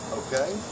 okay